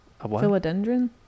philodendron